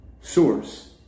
Source